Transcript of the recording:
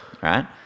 Right